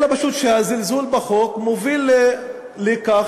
אלא שפשוט הזלזול בחוק מוביל לכך